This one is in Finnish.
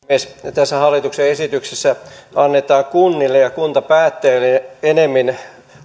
tässä hallituksen esityksessä annetaan kunnille ja kuntapäättäjille enemmän